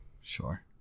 Sure